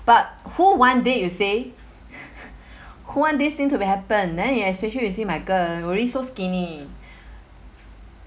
but who want this you see who want this thing to be happen then you especially you see my girl already so skinny